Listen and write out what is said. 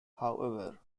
however